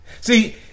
See